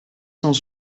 cent